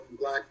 black